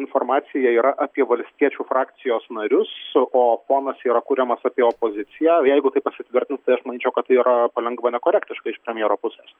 informacija yra apie valstiečių frakcijos narius o fonas yra kuriamas apie opoziciją jeigu tai pasitvirtins tai aš manyčiau kad tai yra palengva nekorektiška iš premjero pusės